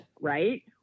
right